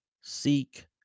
seek